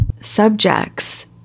subjects